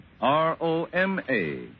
R-O-M-A